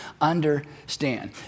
understand